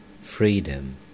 freedom